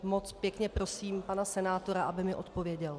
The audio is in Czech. Moc pěkně prosím pana senátora, aby mi odpověděl.